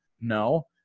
No